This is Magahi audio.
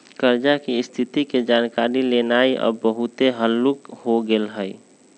कर्जा की स्थिति के जानकारी लेनाइ अब बहुते हल्लूक हो गेल हइ